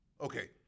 Okay